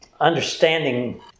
Understanding